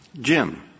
Jim